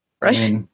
right